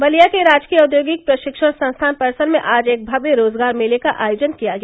बलिया के राजकीय औद्योगिक प्रशिक्षण संस्थान परिसर में आज एक भव्य रोजगार मेले का आयोजन किया गया